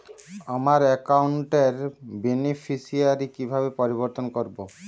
আমার অ্যাকাউন্ট র বেনিফিসিয়ারি কিভাবে পরিবর্তন করবো?